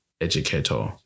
educator